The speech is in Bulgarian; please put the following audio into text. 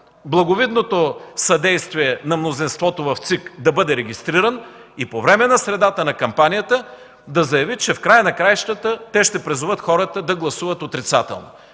благовидното съдействие на мнозинството в ЦИК, да бъде регистриран и по време на средата на кампанията да заяви, че в края на краищата те ще призоват хората да гласуват отрицателно.